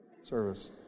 service